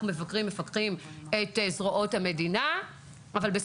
מבקרים את זרועות המדינה ומפקחים עליהם.